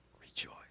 rejoice